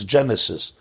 Genesis